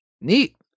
Neat